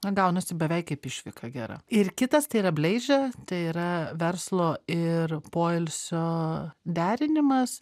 na gaunasi beveik kaip išvyka gera ir kitas tai yra bleiže tai yra verslo ir poilsio derinimas